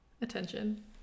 attention